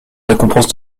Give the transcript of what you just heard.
récompense